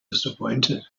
disappointed